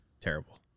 Terrible